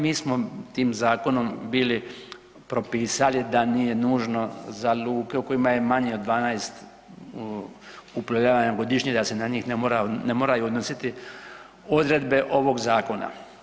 Mi smo tim zakonom bili propisali da nije nužno za luke u kojima je manje od 12 uplovljavanja godišnje da se na njih ne moraju odnositi odredbe ovog zakona.